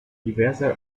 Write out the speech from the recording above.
diverser